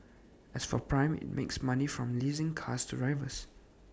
as for prime IT makes money from leasing cars to drivers